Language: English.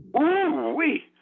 Ooh-wee